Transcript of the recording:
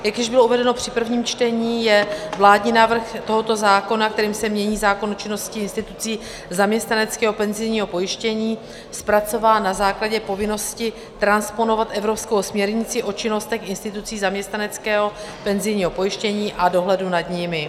Jak již bylo uvedeno při prvním čtení, je vládní návrh tohoto zákona, kterým se mění zákon o činnosti institucí zaměstnaneckého penzijního pojištění, zpracován na základě povinnosti transponovat evropskou směrnici o činnostech institucí zaměstnaneckého penzijního pojištění a dohledu nad nimi.